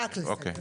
רק לסגל האולימפי.